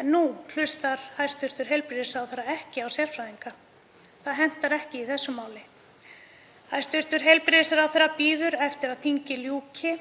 En nú hlustar hæstv. heilbrigðisráðherra ekki á sérfræðinga. Það hentar ekki í þessu máli. Hæstv. heilbrigðisráðherra bíður eftir að þingi ljúki